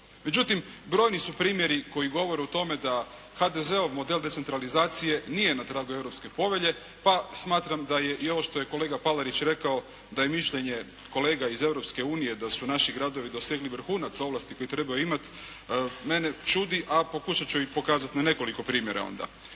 Međutim, brojni su primjeri koji govore o tome da HDZ-ov model decentralizacije nije na tragu europske povelje, pa smatram da je i ovo što je kolega Palarić rekao da je mišljenje kolega iz Europske unije da su naši gradovi dosegli vrhunac ovlasti koje trebaju imati. Mene čudi, a pokušat ću ih pokazati na nekoliko primjera onda.